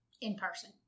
In-person